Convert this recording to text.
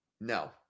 no